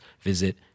visit